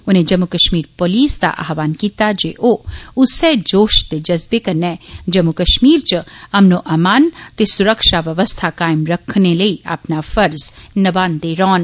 उने जम्मू कश्मीर पुलस दा आहवाण कीता जे ओ उस्सै जोश ते जज्बे कन्नै जम्मू कश्मीर च अमनोअमान ते सुरक्षा बवस्था कायम रखने लेई अपना फर्ज नमांदे रौहन